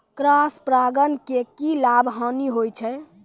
Cross परागण के की लाभ, हानि होय छै?